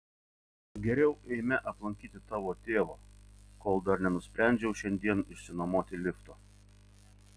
geriau eime aplankyti tavo tėvo kol dar nenusprendžiau šiandien išsinuomoti lifto